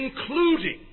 including